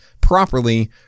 properly